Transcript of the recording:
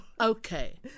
Okay